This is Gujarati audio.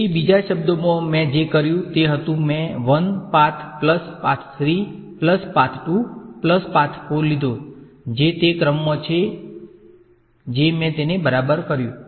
તેથી બીજા શબ્દોમાં મેં જે કર્યું તે હતું મેં 1 પાથ 3 વત્તા પાથ 3 વત્તા પાથ 2 વત્તા પાથ 4 લીધો જે તે ક્રમમાં છે જે મેં તેને બરાબર કર્યું